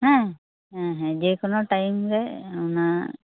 ᱦᱮᱸ ᱦᱮᱸ ᱦᱮᱸ ᱡᱮᱠᱚᱱᱚ ᱴᱟᱭᱤᱢ ᱨᱮ ᱚᱱᱟ